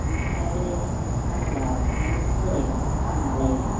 बिनिफ्राय आरो हालुवा खालामनानै एसे बोराइबाथाय फानहरलायबाय